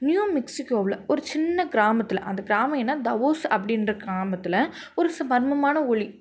new மெக்சிகோவில் ஒரு சின்ன கிராமத்தில் அந்த கிராமம் என்ன தாவோஸ் அப்படின்ற கிராமத்தில் ஒரு ஸ் மர்மமான ஒலி